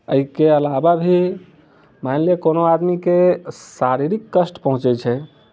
एहिके अलावा भी मानि लिअ कोनो आदमी के शारीरीक कष्ट पहुँचै छै